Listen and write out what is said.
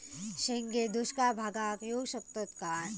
शेंगे दुष्काळ भागाक येऊ शकतत काय?